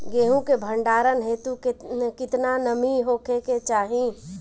गेहूं के भंडारन हेतू कितना नमी होखे के चाहि?